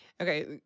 Okay